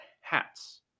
hats